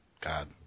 God